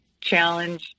challenge